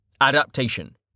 Adaptation